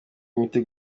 imiti